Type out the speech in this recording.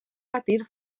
patir